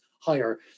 higher